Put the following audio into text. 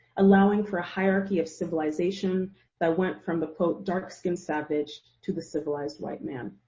allowing for a hierarchy of civilization that went from the, quote, dark-skinned savage, to the civilized white man.